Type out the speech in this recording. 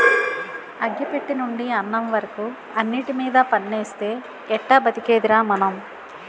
అగ్గి పెట్టెనుండి అన్నం వరకు అన్నిటిమీద పన్నేస్తే ఎట్టా బతికేదిరా మనం?